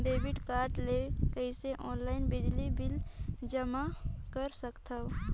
Debit card ले कइसे online बिजली बिल जमा कर सकथव?